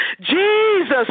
Jesus